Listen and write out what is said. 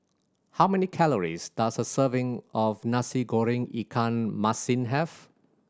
how many calories does a serving of Nasi Goreng ikan masin have